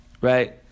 right